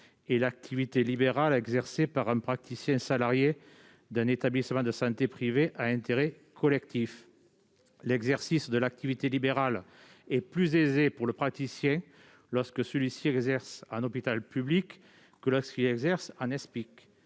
et l'activité libérale exercée par un praticien salarié d'un établissement de santé privé d'intérêt collectif, un Espic. L'exercice de l'activité libérale est plus aisé pour le praticien lorsque celui-ci exerce en hôpital public. Cet amendement